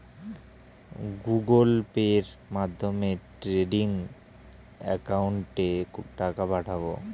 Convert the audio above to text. Google পের মাধ্যমে trading একাউন্টে টাকা পাঠাবো?